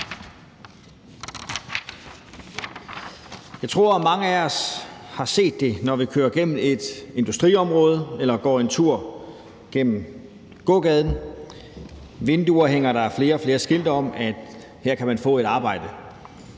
Jeg tror, at mange af os har set det, når vi kører igennem et industriområde eller går en tur gennem gågaden: I vinduer hænger der flere og flere skilte om, at her kan man få et arbejde.